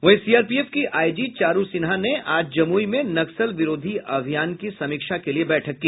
वहीं सीआरपीएफ की आईजी चारू सिन्हा ने आज जमुई में नक्सल विरोधी अभियान की समीक्षा के लिये बैठक की